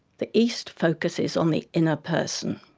the east focuses on the inner person.